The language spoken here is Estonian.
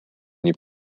nii